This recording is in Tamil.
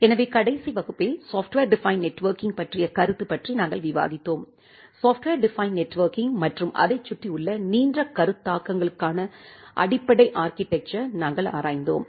எனவே கடைசி வகுப்பில் சாப்ட்வர் டிபைன்ட் நெட்வொர்க்கிங் பற்றிய கருத்து பற்றி நாங்கள் விவாதித்தோம் சாப்ட்வர் டிபைன்ட் நெட்வொர்க்கிங் மற்றும் அதைச் சுற்றியுள்ள நீண்ட கருத்தாக்கங்களுக்கான அடிப்படை ஆர்க்கிடெக்சர் நாங்கள் ஆராய்ந்தோம்